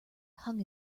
hung